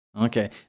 Okay